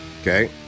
Okay